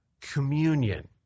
communion